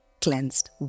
cleansed